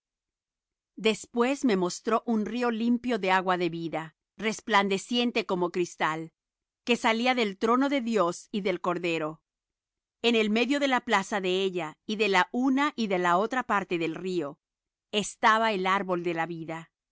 después me mostró un río limpio de agua de vida resplandeciente como cristal que salía del trono de dios y del cordero en el medio de la plaza de ella y de la una y de la otra parte del río estaba el árbol de la vida